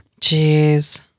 Jeez